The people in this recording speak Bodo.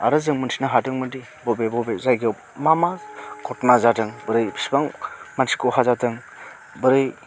आरो जों मिथिनो हादोंमोनदि बबे बबे जायगायाव मा मा खथना जादों बोरै बिसिबां मानसि खहा जादों बोरै